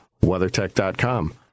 WeatherTech.com